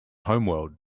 homeworld